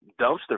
dumpster